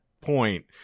point